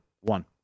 One